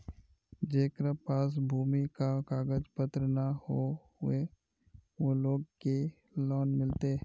जेकरा पास भूमि का कागज पत्र न है वो लोग के लोन मिलते?